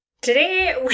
Today